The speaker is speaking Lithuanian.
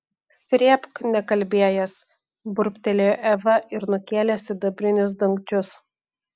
srėbk nekalbėjęs burbtelėjo eva ir nukėlė sidabrinius dangčius